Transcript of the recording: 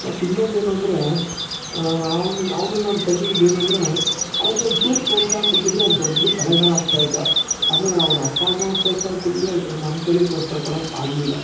ಮತ್ತಿನ್ನೊಂದೇನಂದ್ರೆ ಅವ್ನು ಅವ್ನಲ್ಲಿ ನಾನು ಕಂಡು ಹಿಡಿದಿದ್ದೇನಂದ್ರೆ ಅವ್ನಿಗೊಂದು ಚೂರು ಪ್ರೋತ್ಸಾಹ ಕೊಟ್ಟಿದ್ದರೆ ಅವನು ದೊಡ್ಡ ಕಲೆಗಾರ ಆಗ್ತಾ ಇದ್ದ ಆದರೆ ಅವ್ರ ಅಪ್ಪ ಅಮ್ಮ ಪ್ರೋತ್ಸಾಹ ಕೊಡಲಿಲ್ಲ ಈ ಕಡೆ ನಮ್ಮ ಕೈಯಲ್ಲು ಪ್ರೋತ್ಸಾಹ ಕೊಡಾಕೆ ಆಗಲಿಲ್ಲ